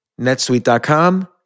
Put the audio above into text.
netsuite.com